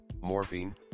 morphine